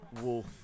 Wolf